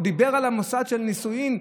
הוא דיבר על המוסד של הנישואים,